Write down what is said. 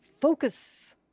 Focus